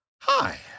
Hi